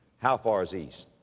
how far is east.